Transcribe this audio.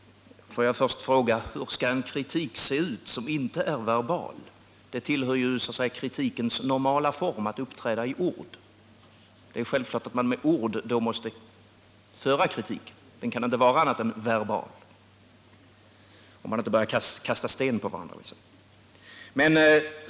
Får jag först fråga: Hur skall en kritik se ut som inte är verbal? Det tillhör så att säga kritikens normala form att uppträda i ord. Det är självklart att man med ord då måste utöva kritik. Den kan inte vara annat än verbal — dvs. om vi inte börjar kasta sten på varandra.